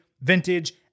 Vintage